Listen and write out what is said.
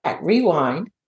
Rewind